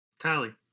Tally